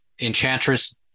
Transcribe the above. Enchantress